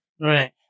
Right